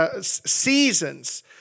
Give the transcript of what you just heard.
seasons